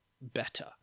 better